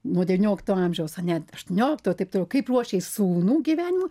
nuo devyniolikto amžiaus ar net aštuoniolikto taip toliau kaip ruošė sūnų gyvenimui